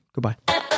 Goodbye